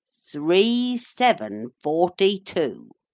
three, seven, forty-two!